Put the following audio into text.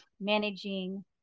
managing